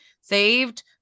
saved